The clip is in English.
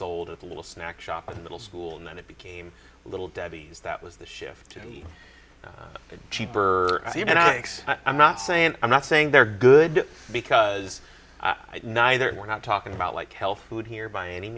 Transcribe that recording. old at the little snack shop in the middle school and then it became a little debbies that was the shift to be cheaper and i x i'm not saying i'm not saying they're good because i deny that we're not talking about like healthy food here by any